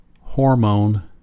hormone